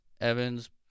Evan's